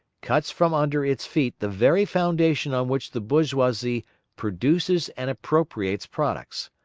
cuts from under its feet the very foundation on which the bourgeoisie produces and appropriates products.